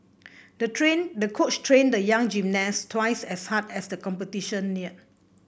the train the coach trained the young gymnast twice as hard as the competition neared